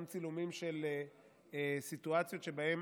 גם צילומים של סיטואציות שבהן